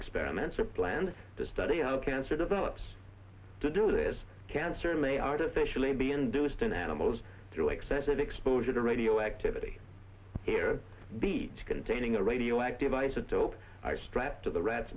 experiments or plans to study how cancer develops to do this cancer may artificially be induced in animals through excessive exposure to radioactivity here beach containing a radioactive isotope are strapped to the rats